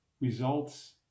results